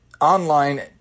Online